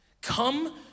Come